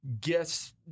guess